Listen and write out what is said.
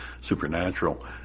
supernatural